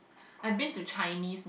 I've been to Chinese